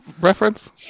reference